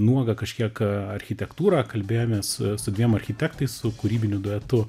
nuogą kažkiek architektūrą kalbėjomės su dviem architektais su kūrybiniu duetu